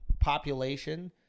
population